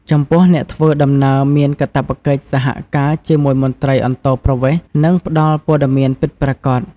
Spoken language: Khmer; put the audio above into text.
ចំពោះអ្នកធ្វើដំណើរមានកាតព្វកិច្ចសហការជាមួយមន្ត្រីអន្តោប្រវេសន៍ និងផ្តល់ព័ត៌មានពិតប្រាកដ។